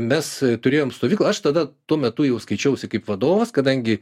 mes turėjom stovyklą aš tada tuo metu jau skaičiausi kaip vadovas kadangi